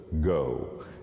go